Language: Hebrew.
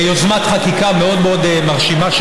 ביוזמת חקיקה מאוד מאוד מרשימה,